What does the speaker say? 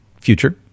future